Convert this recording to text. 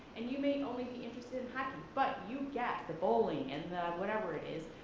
and you may only be interested in hockey, but you get the bowling and the whatever it is,